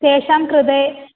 तेषां कृते